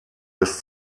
des